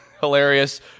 hilarious